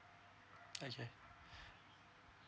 okay